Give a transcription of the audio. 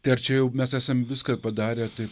tai ar čia jau mes esam viską padarę tai